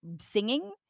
singing